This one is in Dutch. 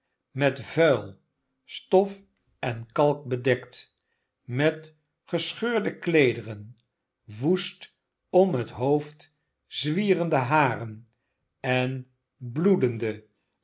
met vuil stof en kalk bedekt met gescheurde kleederen w oest om het hoofd zwierende haren en bloedende